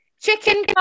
Chicken